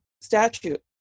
statute